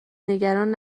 نگران